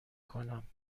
کنم